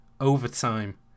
overtime